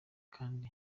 kandi